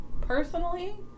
personally